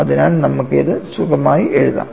അതിനാൽ നമുക്ക് ഇത് സുഖമായി എഴുതാം